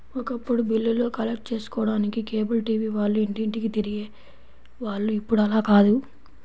ఒకప్పుడు బిల్లులు కలెక్ట్ చేసుకోడానికి కేబుల్ టీవీ వాళ్ళు ఇంటింటికీ తిరిగే వాళ్ళు ఇప్పుడు అలా కాదు